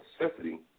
necessity